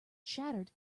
shattered